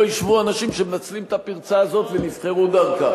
ישבו אנשים שמנצלים את הפרצה הזאת ונבחרו דרכה.